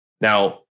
Now